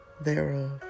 thereof